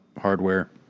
hardware